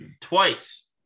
twice